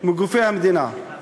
בגופי המדינה,